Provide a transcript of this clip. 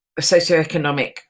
socioeconomic